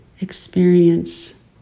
experience